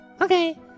Okay